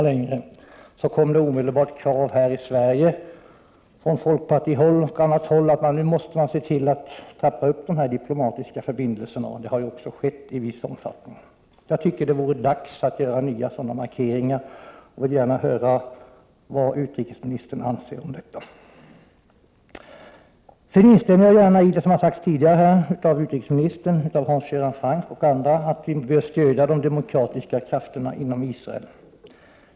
Häri Sverige kom det omedelbart krav från folkpartistiskt håll och från annat håll på att vi skulle trappa upp de diplomatiska förbindelserna. Det har också skett i en viss omfattning. Det är dags att göra nya sådana markeringar. Jag vill gärna höra vad utrikesministern anser om detta. Jag instämmer vidare i det som har sagts här tidigare av utrikesministern, av Hans Göran Franck och av andra att vi bör stödja de demokratiska krafterna i Israel.